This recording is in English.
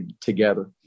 together